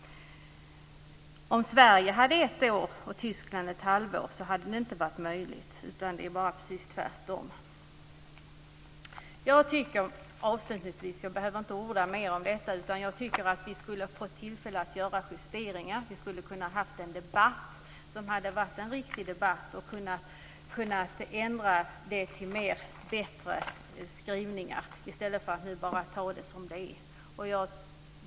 Om det i Sverige hade varit fråga om ett år och i stället ett halvår för Tyskland hade det inte varit möjligt. Det hade blivit tvärtom. Jag behöver inte orda mer om detta. Jag tycker att vi skulle ha haft tillfälle att göra justeringar, att kunna ha en riktig debatt och få till bättre skrivningar i stället för att nu anta detta som det är.